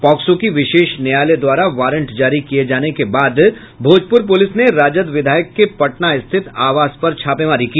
POCSO की विशेष न्यायालय द्वारा वारंट जारी किये जाने के बाद भोजपुर पुलिस ने राजद विधायक के पटना स्थित आवास पर छापेमारी की